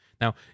Now